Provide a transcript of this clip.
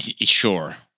Sure